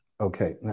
okay